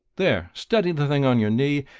there steady the thing on your knee,